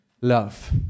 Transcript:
Love